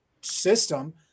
system